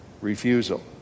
refusal